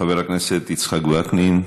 חבר הכנסת יצחק וקנין,